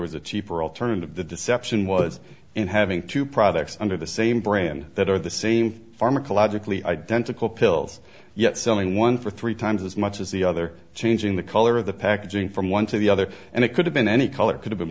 was a cheaper alternative the deception was in having two products under the same brand that are the same pharmacologically identical pills yet selling one for three times as much as the other changing the color of the packaging from one to the other and it could have been any color it could have been